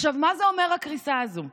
עכשיו, מה זה אומר, הקריסה הזאת?